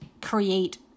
create